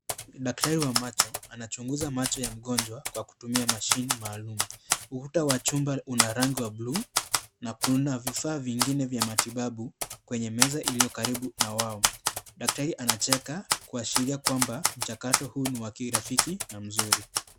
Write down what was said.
Daktari wa macho anachunguza macho ya mgonjwa kwa kutumia mashine maalum. Ukuta wa chumba una rangi wa bluu na kuna vifaa vingine vya matibabu kwenye meza iliyo karibu na wao. Daktari anacheka kuashiria kwamba mchakato huu ni wa kirafiki na mzuri.